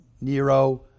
Nero